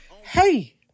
hey